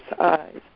eyes